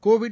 Covid